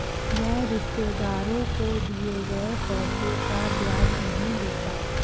मैं रिश्तेदारों को दिए गए पैसे का ब्याज नहीं लेता